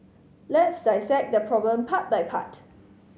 let's dissect the problem part by part